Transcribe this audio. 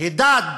הידד